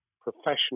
professional